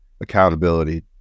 accountability